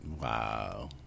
Wow